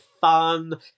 fun